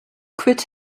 quit